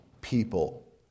people